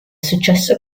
successo